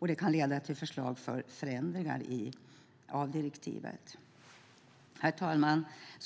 Det kan leda till förslag om förändringar av direktivet. Herr talman!